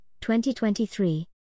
2023